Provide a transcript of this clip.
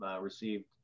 received